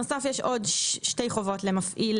יש עוד שתי חובות למפעיל